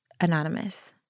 anonymous